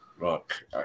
Look